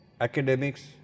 academics